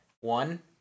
one